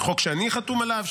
חוק שאני חתום עליו,